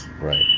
Right